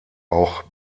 auch